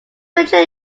major